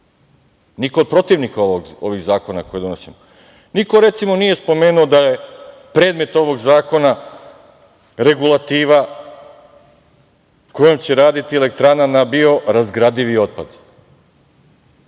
niko od protivnika ovih zakona koje donosimo. Niko, recimo, nije spomenuo da je predmet ovog zakona regulativa kojom će raditi elektrana na biorazgradivi otpad.